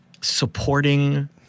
supporting